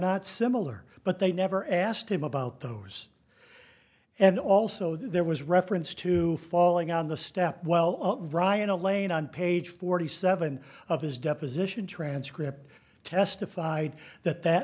not similar but they never asked him about those and also there was reference to falling on the step well brian elaine on page forty seven of his deposition transcript testified that that